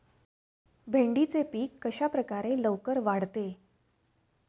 भेंडीचे पीक कशाप्रकारे लवकर वाढते?